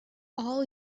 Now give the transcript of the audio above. all